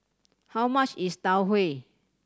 how much is Tau Huay